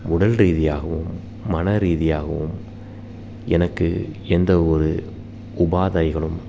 உடல் ரீதியாகவும் மன ரீதியாகவும் எனக்கு எந்த ஒரு உபாதைகளும்